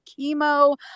chemo